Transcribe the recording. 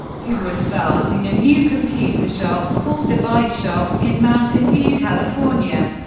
who was starting a new computer shop, called the byte shop, in mountain view, california.